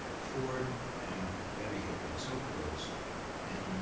ford and betty had been so close and um